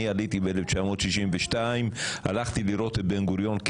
אני עליתי ב-1962, והלכתי לראות את בן גוריון.